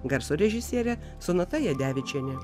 garso režisierė sonata jadevičienė